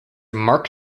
mark